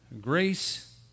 grace